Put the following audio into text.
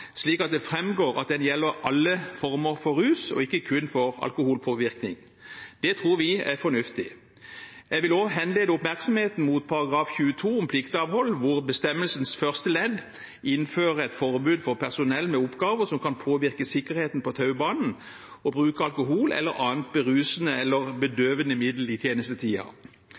slik at det framgår at den gjelder alle former for rus og ikke kun for alkoholpåvirkning. Det tror vi er fornuftig. Jeg vil også henlede oppmerksomheten mot § 22 om pliktavhold, hvor bestemmelsens første ledd innfører et forbud for personell med oppgaver som kan påvirke sikkerheten på taubanen, mot å bruke alkohol eller annet berusende eller bedøvende middel i